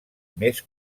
més